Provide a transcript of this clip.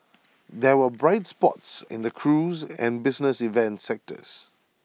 there were bright spots in the cruise and business events sectors